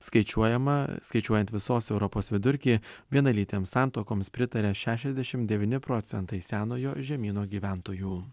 skaičiuojama skaičiuojant visos europos vidurkį vienalytėms santuokoms pritarė šešiasdešim devyni procentai senojo žemyno gyventojų